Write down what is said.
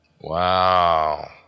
Wow